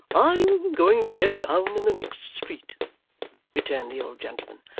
i'm going to get down in the next street returned the old gentleman.